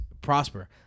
prosper